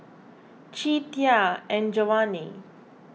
Che Tia and Giovanny